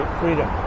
freedom